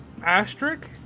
asterisk